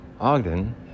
Ogden